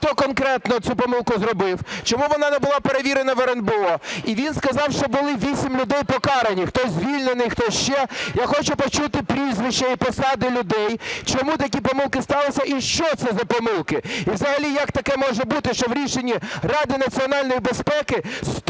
хто конкретно цю помилку зробив, чому вона не була перевірена в РНБО, і він сказав, що були 8 людей покарані, хтось звільнений, хтось ще. Я хочу почути прізвища і посади людей, чому такі помилки сталися і що це за помилки. І взагалі як таке може бути, що в рішенні Ради національної безпеки